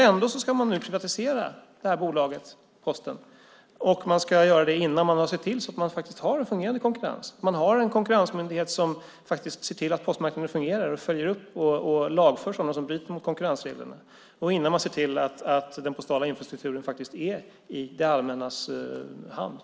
Ändå ska man nu privatisera bolaget Posten, och man ska göra det innan man har sett till att man faktiskt har en fungerande konkurrens och innan man har en konkurrensmyndighet som ser till att postmarknaden fungerar och som följer upp och lagför sådana som bryter mot konkurrensreglerna. Man ska göra det innan man har sett till att den postala infrastrukturen faktiskt är i det allmännas hand.